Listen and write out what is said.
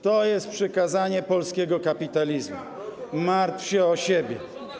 To jest przykazanie polskiego kapitalizmu: martw się o siebie.